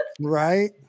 Right